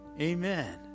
Amen